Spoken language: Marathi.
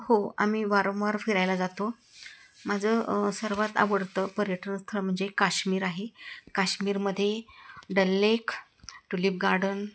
हो आम्ही वारंवार फिरायला जातो माझं सर्वात आवडतं पर्यटनस्थळ म्हणजे काश्मीर आहे काश्मीरमध्ये दल लेख टुलीप गार्डन